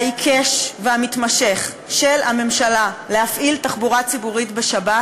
העיקש והמתמשך של הממשלה להפעיל תחבורה ציבורית בשבת